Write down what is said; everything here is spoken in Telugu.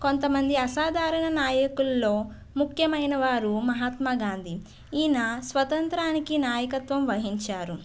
కొంతమంది అసాధారణ నాయకుల్లో ముఖ్యమైన వారు మహాత్మాగాంధీ ఈయన స్వతంత్రానికి నాయకత్వం వహించారు